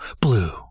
blue